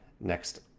next